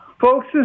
Folks